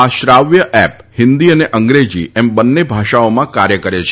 આશ્રાવ્ય app Hindi અને અંગ્રેજી એમ બન્ને ભાષાઓમાં કાર્ય કરે છે